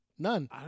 None